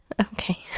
Okay